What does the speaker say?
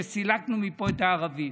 וסילקנו מפה את הערבים.